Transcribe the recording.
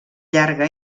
llarga